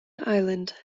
island